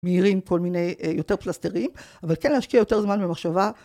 מהירים כל מיני יותר פלסטרים, אבל כן להשקיע יותר זמן במחשבה.